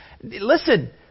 Listen